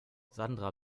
sandra